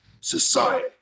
Society